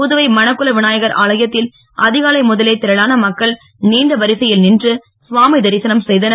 புதுவை மணக்குளர் விநாயகர் ஆலயத்தில் அதிகாலை முதலே திரளான மக்கள் நீண்டி வரிசையில் நின்று சுவாமி தரிசனம் செய்தனர்